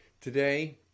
Today